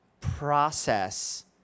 process